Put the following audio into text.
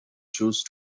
choose